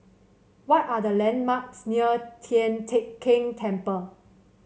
what are the landmarks near Tian Teck Keng Temple